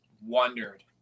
wondered